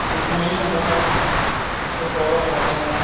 مطمئن ہو کر اس کو فالو کرتے ہیں